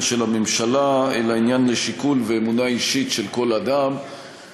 של הממשלה אלא עניין לשיקול ואמונה אישית של כל אדם,